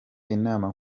inama